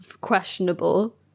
Questionable